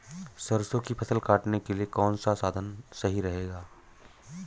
सरसो की फसल काटने के लिए कौन सा साधन सही रहेगा?